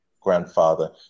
grandfather